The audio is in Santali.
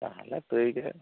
ᱛᱟᱦᱚᱞᱮ ᱛᱟᱹᱭᱜᱮ